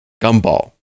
gumball